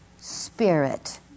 spirit